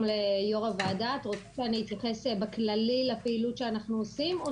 את רוצה שאתייחס בכללי לפעילות שאנחנו עושים?